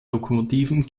lokomotiven